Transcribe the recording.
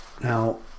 Now